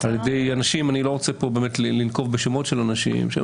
על ידי אנשים - אני לא רוצה לנקוב כאן בשמות שהיו